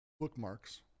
bookmarks